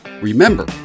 Remember